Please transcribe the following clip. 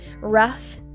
rough